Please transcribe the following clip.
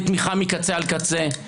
הוא זכה לתמיכה מקצה לקצה,